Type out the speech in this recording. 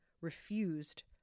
refused